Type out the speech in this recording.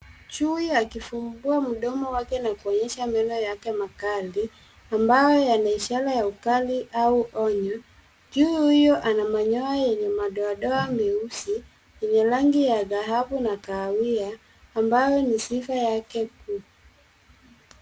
Chui ya akifungua mdomo wake na kuonyesha meno yake makali ambayo yana ishara ya ukali au onyo, chui huyo madoadoa meusi eneo rangi ya dhahabu na kawia ambayo ni sifa yake.